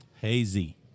Hazy